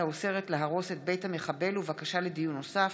האוסרת להרוס את בית המחבל ובקשה לדיון נוסף.